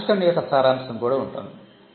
ఆవిష్కరణ యొక్క సారాంశం కూడా ఉంటుంది